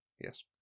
Yes